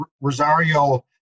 Rosario